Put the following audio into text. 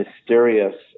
mysterious